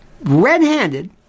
red-handed